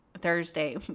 thursday